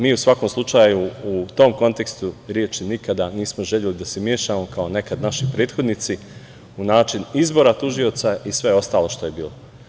Mi u svakom slučaju, u tom kontekstu reči, nikada nismo želeli da se mešamo, kao nekad naši prethodnici, u način izbora tužioca i sve ostalo što je bilo.